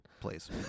please